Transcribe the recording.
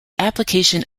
application